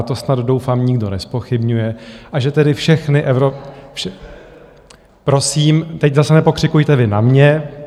To snad, doufám, nikdo nezpochybňuje, a že tedy všechny Prosím, teď zase nepokřikujte vy na mě.